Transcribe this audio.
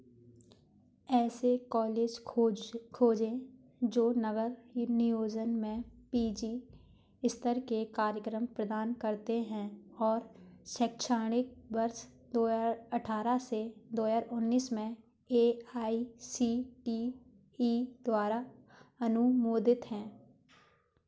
ऐसे कॉलेज खोज खोजें जो नगर नियोजन में पी जी स्तर के कार्यक्रम प्रदान करते हैं और शैक्षाणिक वर्ष दो हज़ार अठारह से दो हज़ार उन्नीस में A I C T E द्वारा अनुमोदित हैं